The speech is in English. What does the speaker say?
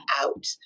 out